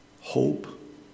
hope